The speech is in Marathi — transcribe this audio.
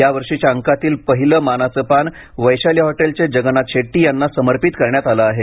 यावर्षीच्या अंकातील पहिले मानाचे पान वैशाली हॉटेल चे जगन्नाथ शेट्टी यांना समर्पित करण्यात आलं आहे